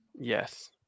Yes